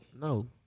No